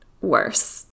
worse